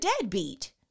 deadbeat